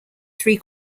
three